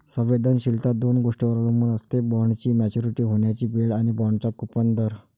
संवेदनशीलता दोन गोष्टींवर अवलंबून असते, बॉण्डची मॅच्युरिटी होण्याची वेळ आणि बाँडचा कूपन दर